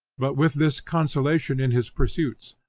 but with this consolation in his pursuits,